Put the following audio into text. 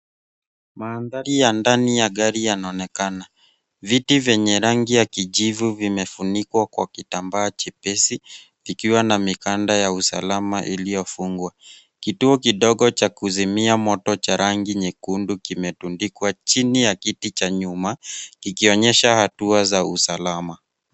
Mandhari ya ndani ya gari yanaonekana. Viti vyenye rangi ya kijivu vimefunikwa kwa kitambaa chepesi, kikiwa na mikanda ya usalama iliyofungwa. Kituo kidogo cha kuzimia moto cha rangi nyekundu kimetundikwa chini ya kiti cha nyuma, kikionyesha hatua za usalama.